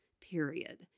period